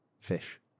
Fish